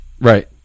Right